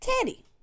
Teddy